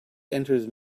enters